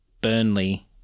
Burnley